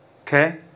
Okay